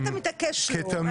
אם אתה מתעקש שלא,